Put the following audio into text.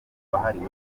wahariwe